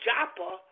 Joppa